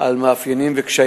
על מאפיינים וקשיים